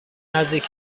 نزدیک